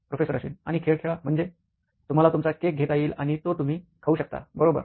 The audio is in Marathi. प्रोफेसर अश्विन आणि खेळ खेळा म्हणजे तुम्हाला तुमचा केक घेता येईल आणि तो तुम्ही खाऊ शकता बरोबर